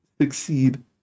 succeed